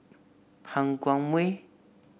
Han Guangwei